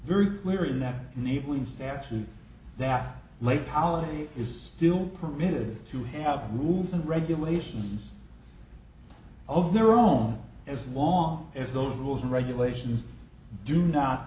very clear in that enabling statute that lake ali is still committed to have rules and regulations of their own as long as those rules and regulations do not